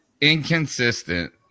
Inconsistent